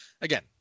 Again